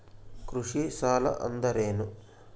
ಕೃಷಿ ಸಾಲ ಅಂದರೇನು?